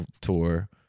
tour